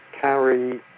carry